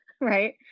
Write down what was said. right